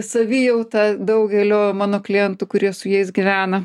savijauta daugelio mano klientų kurie su jais gyvena